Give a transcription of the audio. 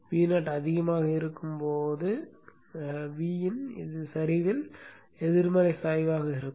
Vo அதிகமாக இருக்கும் Vin இது சரிவில் எதிர்மறை சாய்வாக இருக்கும்